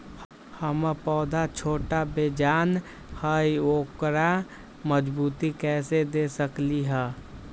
हमर पौधा छोटा बेजान हई उकरा मजबूती कैसे दे सकली ह?